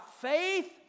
faith